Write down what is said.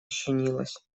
ощенилась